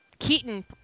Keaton